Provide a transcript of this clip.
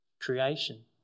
creation